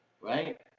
right